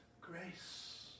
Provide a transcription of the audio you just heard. grace